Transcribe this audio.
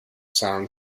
sound